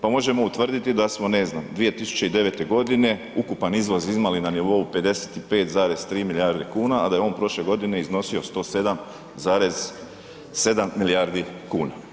Pa možemo utvrditi da smo ne znam 2009. godine ukupan izvoz imali na nivou 55,3 milijarde kuna a da je on prošle godine iznosio 107,7 milijardi kuna.